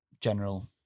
general